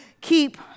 keep